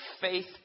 faith